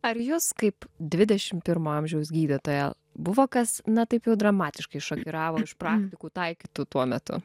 ar jus kaip dvidešimt pirmo amžiaus gydytoją buvo kas na taip jau dramatiškai šokiravo iš praktikų taikytų tuo metu